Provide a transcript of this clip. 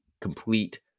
complete